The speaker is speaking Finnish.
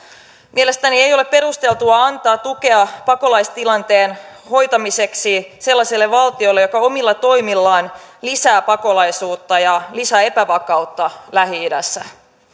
mielestäni ei ole perusteltua antaa tukea pakolaistilanteen hoitamiseksi sellaiselle valtiolle joka omilla toimillaan lisää pakolaisuutta ja lisää epävakautta lähi idässä